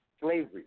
slavery